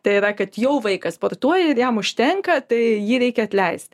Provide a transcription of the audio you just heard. tai yra kad jau vaikas sportuoja ir jam užtenka tai jį reikia atleisti